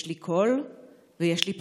יש לי קול ויש לי פנים.